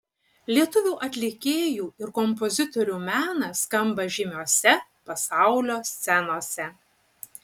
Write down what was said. lietuvių atlikėjų ir kompozitorių menas skamba žymiose pasaulio scenose